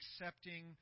accepting